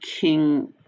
King